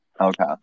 Okay